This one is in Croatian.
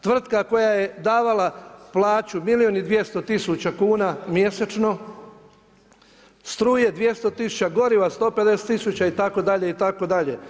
Tvrtka koja je davala plaću milijun i 200 tisuća kuna mjesečno, struje 200 000, goriva 150 000 itd. itd.